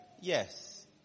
Yes